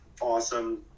Awesome